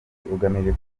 ugamije